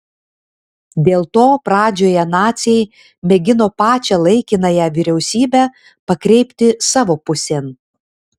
dėl to pradžioje naciai mėgino pačią laikinąją vyriausybę pakreipti savo pusėn